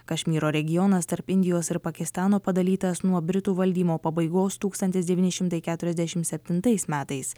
kašmyro regionas tarp indijos ir pakistano padalytas nuo britų valdymo pabaigos tūkstantis devyni šimtai keturiasdešimt septintais metais